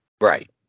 Right